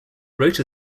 rotor